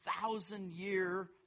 thousand-year